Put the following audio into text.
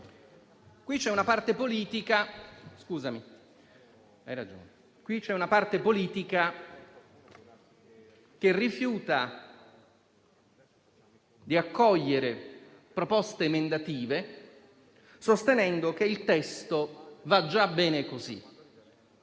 Qui c'è una parte politica che rifiuta di accogliere proposte emendative, sostenendo che il testo vada già bene così.